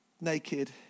naked